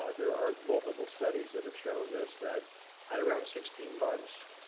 ah there are multiple studies that have shown this that at around sixteen months.